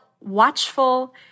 watchful